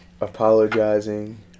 apologizing